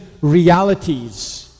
realities